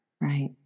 Right